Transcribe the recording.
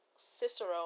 Cicero